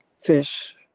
fish